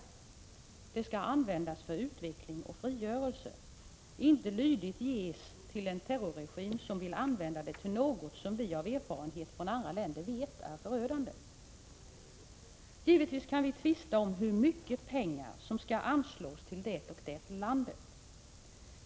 Biståndet skall användas för utveckling och frigörelse och inte lydigt ges till en terrorregim som vill använda det till något som vi av erfarenhet från andra länder vet är förödande. Givetvis kan vi tvista om hur mycket pengar som skall anslås till det och det landet.